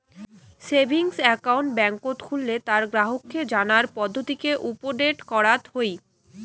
savings account বেংকত খুললে তার গ্রাহককে জানার পদ্ধতিকে উপদেট করাত হই